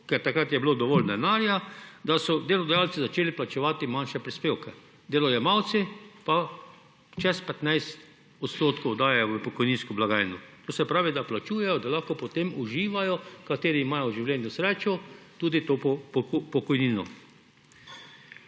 ker takrat je bilo dovolj denarja, da so delodajalci začeli plačevati manjše prispevke. Delojemalci pa več kot 15 % dajejo v pokojninsko blagajno. To se pravi, da plačujejo, da lahko potem uživajo, kateri imajo v življenju srečo, tudi to pokojnino.